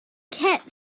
cat